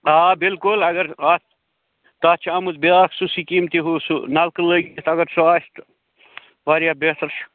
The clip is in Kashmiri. آ بِلکُل اَگر اَتھ تَتھ چھُ آمُت بیٛاکھ سُہ سِکیٖم تہِ ہُہ سُہ نَلکہٕ لٲِگتھ اَگر سُہ آسہِ تہٕ واریاہ بہتر چھُ